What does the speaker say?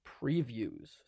previews